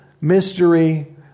mystery